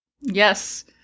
Yes